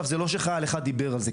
זה לא שחייל אחד דיבר על זה,